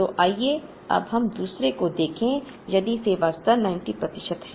तो आइए अब हम दूसरे को देखें यदि सेवा स्तर 90 प्रतिशत है